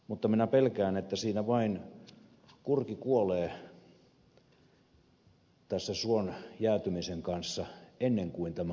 mutta minä pelkään että siinä vain kurki kuolee tässä suon jäätymisen kanssa ennen kuin tämä asia selviää